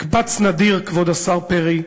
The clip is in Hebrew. מקבץ נדיר, כבוד השר פרי,